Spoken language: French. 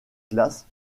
glace